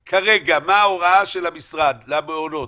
אז תהיה לך דרגה במאי אולי.